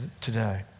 today